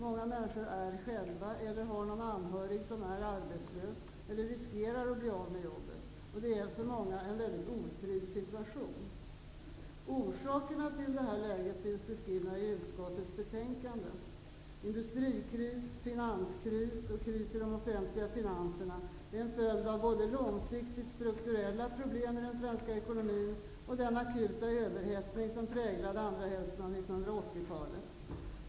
Många människor är själva arbetslösa eller har någon anhörig som är arbetslös eller som riskerar att bli av med jobbet. Det är för många en mycket otrygg situation. Orsakerna till det här läget finns beskrivna i utskottets betänkande. Industrikris, finanskris och kris i de offentliga finanserna är en följd både av långsiktigt strukturella problem i den svenska ekonomin och den akuta överhettning som präglade andra hälften av 1980-talet.